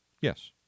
Yes